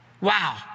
Wow